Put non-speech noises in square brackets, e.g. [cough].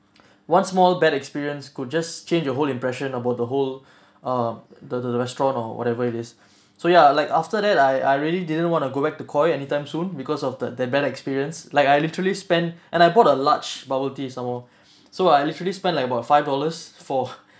one small bad experience could just change the whole impression about the whole um the the the restaurant or whatever it is so ya like after that I I really didn't want to go back to koi anytime soon because of the that bad experience like I literally spend and I bought a large bubble tea some more so I literally spend like about five dollars for [laughs]